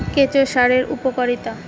কেঁচো সারের উপকারিতা?